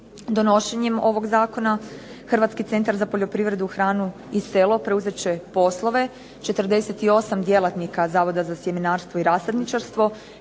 Donošenjem ovoga zakona Hrvatski centar za poljoprivredu, hranu i selo preuzet će poslove, djelatnike Zavoda za sjemenarstvo i stočarstvo,